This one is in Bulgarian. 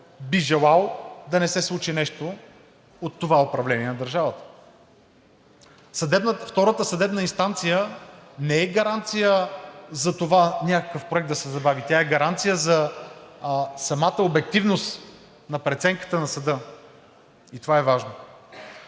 би желал да не се случи нещо от това управление на държавата?! Втората съдебна инстанция не е гаранция за това някакъв проект да се забави, тя е гаранция за самата обективност на преценката на съда. И това е важно!